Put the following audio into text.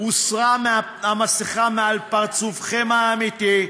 הוסרה המסכה מעל פרצופכם האמיתי.